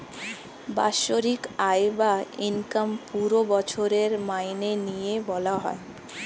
বাৎসরিক আয় বা ইনকাম পুরো বছরের মাইনে নিয়ে বলা হয়